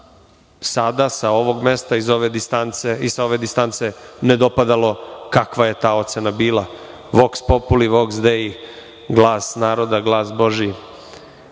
sada sa ovog mesta i sa ove distance ne dopadalo kakva je ta ocena bila, „voks populi, voks dej“ – „glas naroda, glas